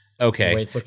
Okay